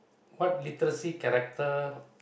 what literacy character